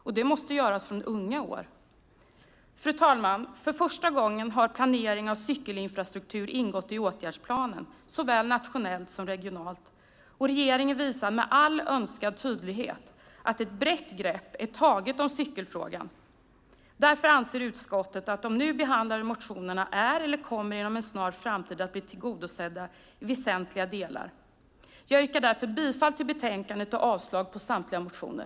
Och det måste göras från unga år. Fru talman! För första gången har planering av cykelinfrastruktur ingått i åtgärdsplanen, såväl nationellt som regionalt. Regeringen visar med all önskad tydlighet att ett brett grepp är taget om cykelfrågan. Därför anser utskottet att de nu behandlade motionerna är eller inom en snar framtid kommer att bli tillgodosedda i väsentliga delar. Jag yrkar därför bifall till förslaget i betänkandet och avslag på samtliga motioner.